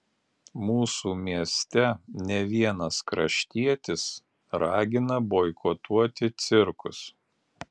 mūsų mieste ne vienas kraštietis ragina boikotuoti cirkus